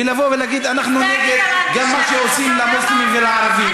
לבוא ולהגיד: אנחנו נגד גם מה שעושים למוסלמים ולערבים.